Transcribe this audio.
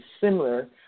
similar